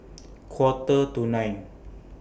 Quarter to nine